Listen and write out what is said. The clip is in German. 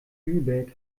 lübeck